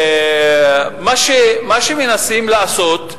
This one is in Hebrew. מה שמנסים לעשות,